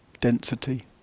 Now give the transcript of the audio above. density